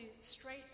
straight